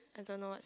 I don't know what's